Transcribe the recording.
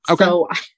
okay